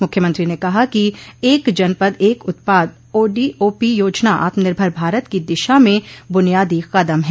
मुख्यमंत्री ने कहा कि एक जनपद एक उत्पाद ओडीओपी योजना आत्मनिर्भर भारत की दिशा में बुनियादी कदम है